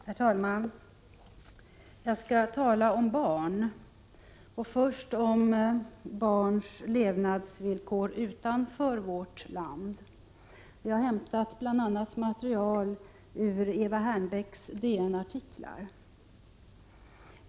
Herr talman! Jag skall tala om barn, först om barns levnadsvillkor utanför vårt land. Jag har hämtat material ur bl.a. Eva Hernbäcks DN-artiklar.